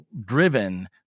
driven